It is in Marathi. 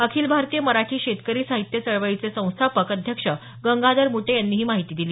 अखिल भारतीय मराठी शेतकरी साहित्य चळवळीचे संस्थापक अध्यक्ष गंगाधर मुटे यांनी ही माहिती दिली